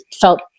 felt